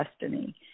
destiny